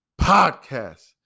Podcast